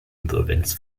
insolvenz